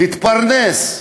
להתפרנס,